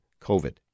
COVID